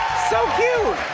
so cute.